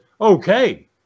okay